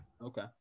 okay